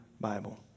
Bible